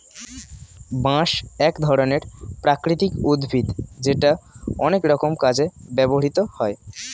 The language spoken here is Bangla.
বাঁশ এক ধরনের প্রাকৃতিক উদ্ভিদ যেটা অনেক রকম কাজে ব্যবহৃত হয়